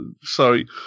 sorry